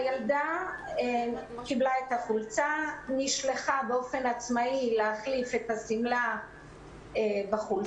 הילדה קיבלה את החולצה ונשלחה באופן עצמאי להחליף את השמלה בחולצה.